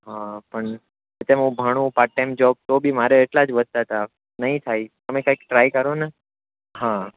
હા પણ એ તે હું ભણું પાર્ટ ટાઈમ જોબ તો બી મારે એટલા જ વધતા હતા નહીં થાય તમે કાંઈક ટ્રાય કરો ને હા